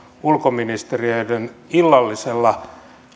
ulkoministereiden illallisella